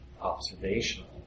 observational